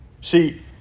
See